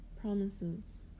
promises